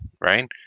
right